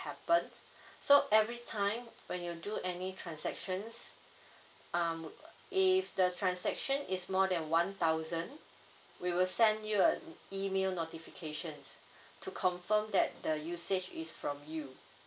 happen so every time when you do any transactions um if the transaction is more than one thousand we will send you a email notifications to confirm that the usage is from you